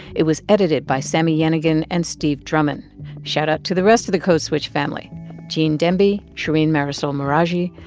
it was edited by sami yenigun and steve drummond shoutout to the rest of the code switch family gene demby, shereen marisol meraji,